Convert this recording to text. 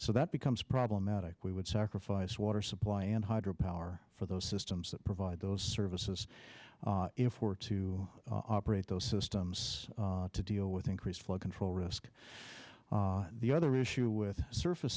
so that becomes problematic we would sacrifice water supply and hydropower for those systems that provide those services if we're to operate those systems to deal with increased flood control risk the other issue with surface